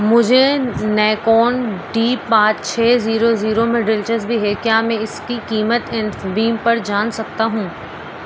مجھے Nikon D پانچ چھ زیرو زیرو میں دلچسپی ہے کیا میں اس کی قیمت انف بیم پر جان سکتا ہوں